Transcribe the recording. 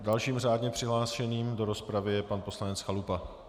Dalším řádně přihlášeným do rozpravy je pan poslanec Chalupa.